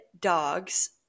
dogs